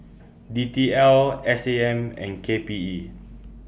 D T L S A M and K P E